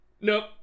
nope